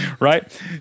right